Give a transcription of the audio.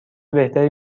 بهتری